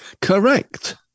Correct